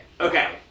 Okay